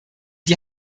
die